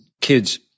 kids